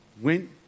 went